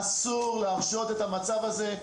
אסור להרשות את המצב הזה.